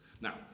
Now